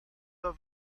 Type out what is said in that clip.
der